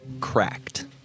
cracked